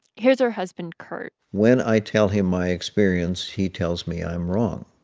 here's her husband, kurt when i tell him my experience, he tells me i'm wrong.